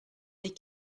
les